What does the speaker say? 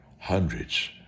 Hundreds